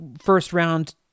first-round